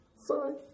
sorry